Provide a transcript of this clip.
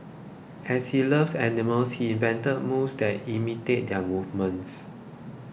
as he loves animals he invented moves that imitate their movements